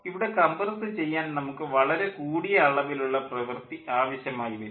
ഇവിടെ കംപ്രസ് ചെയ്യാൻ നമുക്ക് വളരെ കൂടിയ അളവിലുള്ള പ്രവൃത്തി ആവശ്യമായി വരും